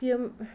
تِم